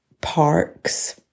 parks